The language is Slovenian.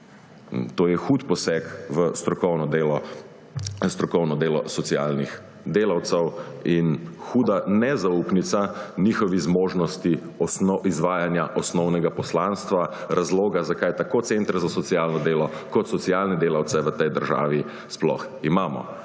To je hud poseg v strokovno delo socialnih delavcev in huda nezaupnica njihovi zmožnosti izvajanja osnovnega poslanstva, razloga, zakaj tako centre za socialno delo kot socialne delavce v tej državi sploh imamo.